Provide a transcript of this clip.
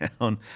down